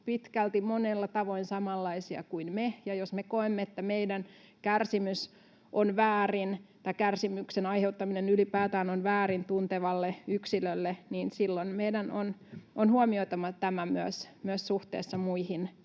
pitkälti monella tavoin samanlaisia kuin me, ja jos me koemme, että meidän kärsimyksemme on väärin tai ylipäätään on väärin kärsimyksen aiheuttaminen tuntevalle yksilölle, silloin meidän on huomioitava tämä myös suhteessa muihin